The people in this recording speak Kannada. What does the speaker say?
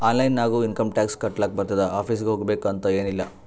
ಆನ್ಲೈನ್ ನಾಗು ಇನ್ಕಮ್ ಟ್ಯಾಕ್ಸ್ ಕಟ್ಲಾಕ್ ಬರ್ತುದ್ ಆಫೀಸ್ಗ ಹೋಗ್ಬೇಕ್ ಅಂತ್ ಎನ್ ಇಲ್ಲ